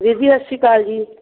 ਵੀਰ ਜੀ ਸਤਿ ਸ਼੍ਰੀ ਅਕਾਲ ਜੀ